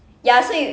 ya so you